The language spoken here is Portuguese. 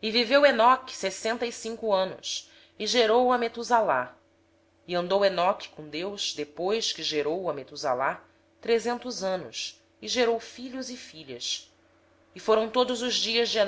enoque viveu sessenta e cinco anos e gerou a matusalém andou enoque com deus depois que gerou a matusalém trezentos anos e gerou filhos e filhas todos os dias de